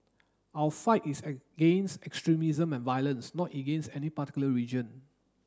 our fight is against extremism and violence not against any particular religion